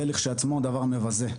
זה לכשעצמו דבר מבזה.